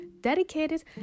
dedicated